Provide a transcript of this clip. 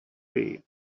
day